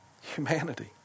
humanity